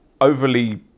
overly